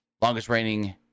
Longest-reigning